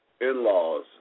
in-laws